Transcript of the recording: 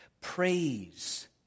praise